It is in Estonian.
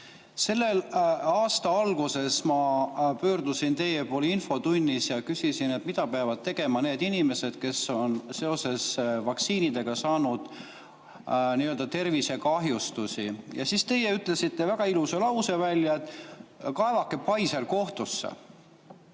Selle aasta alguses ma pöördusin teie poole infotunnis ja küsisin, mida peavad tegema need inimesed, kes on seoses vaktsiinidega saanud tervisekahjustusi. Ja siis teie ütlesite välja väga ilusa lause, et kaevake Pfizer kohtusse.